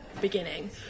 beginning